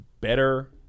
better